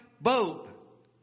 boat